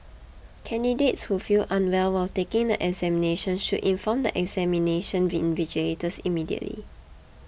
candidates who feel unwell while taking the examinations should inform the examination invigilators immediately